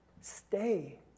stay